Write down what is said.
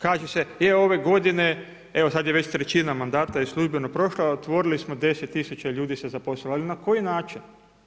Kaže se, je ove godine, evo sad je već trećina manda, je službeno prošla, otvorili smo 10000 ljudi se zaposlilo, ali na koji način?